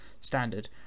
standard